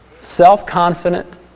self-confident